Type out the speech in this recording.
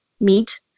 meat